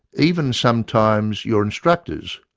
even sometimes your instructors,